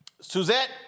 Suzette